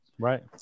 Right